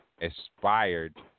Aspired